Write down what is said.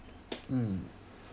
mm